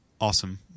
awesome